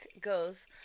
goes